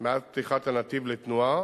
מאז פתיחת הנתיב לתנועה